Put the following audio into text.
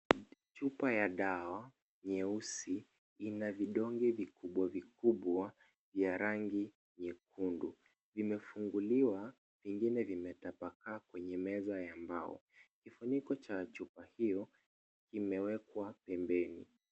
Chupa ya dawa nyeusi ina vidonge vikubwa vikubwa vya rangi nyekundu. Imefunguliwa nyingine imetapakaa kwenye meza ya mbao. Kifuniko cha chupa hiyo imewekwa pembeni.